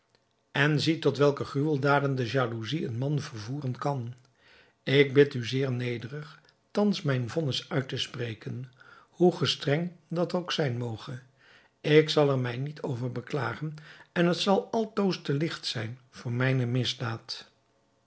en ziet tot welke gruweldaden de jaloezij een man vervoeren kan ik bid u zeer nederig thans mijn vonnis uit te spreken hoe gestreng dat ook zijn moge ik zal er mij niet over beklagen en het zal altoos te ligt zijn voor mijne misdaad